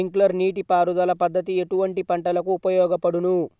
Sprinkler నీటిపారుదల పద్దతి ఎటువంటి పంటలకు ఉపయోగపడును?